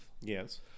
Yes